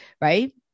Right